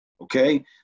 Okay